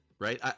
right